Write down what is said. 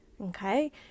okay